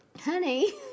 Honey